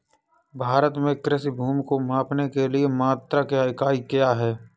भारत में कृषि भूमि को मापने के लिए मात्रक या इकाई क्या है?